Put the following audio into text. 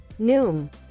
Noom